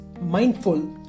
mindful